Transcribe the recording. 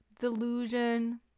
delusion